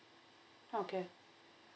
okay